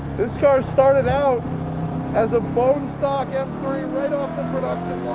this car started out as a bone stock m three right off the production